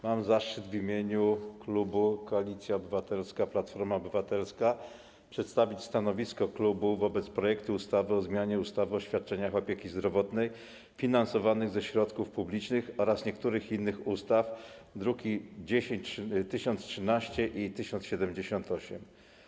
Mam zaszczyt w imieniu klubu Koalicja Obywatelska - Platforma Obywatelska przedstawić stanowisko klubu wobec projektu ustawy o zmianie ustawy o świadczeniach opieki zdrowotnej finansowanych ze środków publicznych oraz niektórych innych ustaw, druki nr 1013 i 1078.